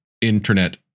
internet